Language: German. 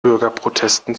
bürgerprotesten